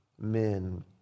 men